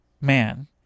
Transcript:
man